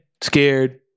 scared